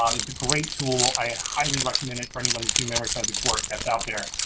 um it's a great tool, i highly recommend it for anyone that's doing memory forensics work that's out there.